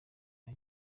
nka